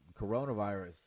coronavirus